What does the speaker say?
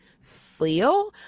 feel